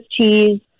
cheese